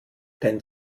dein